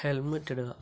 helmet ഇടുക